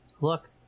look